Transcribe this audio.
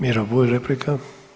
Miro Bulj replika.